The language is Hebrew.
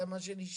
זה מה שנשאר.